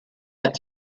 but